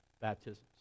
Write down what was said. baptisms